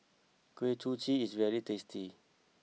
Kuih Kochi is very tasty